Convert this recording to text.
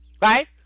right